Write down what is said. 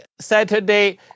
Saturday